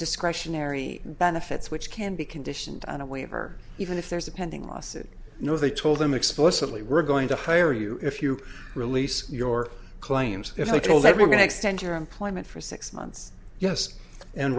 discretionary benefits which can be conditioned on a waiver even if there's a pending lawsuit no they told them explicitly we're going to hire you if you release your claims if i told everyone to extend your employment for six months yes and